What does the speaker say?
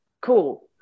cool